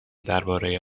درباره